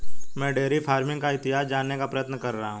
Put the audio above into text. मैं dairy farming का इतिहास जानने का प्रयत्न कर रहा हूं